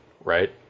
right